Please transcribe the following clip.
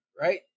Right